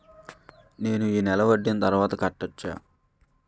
నేను ఈ నెల వడ్డీని తర్వాత కట్టచా?